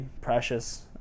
Precious